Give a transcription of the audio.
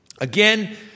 again